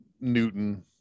Newton